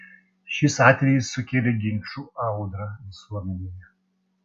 šis atvejis sukėlė ginčų audrą visuomenėje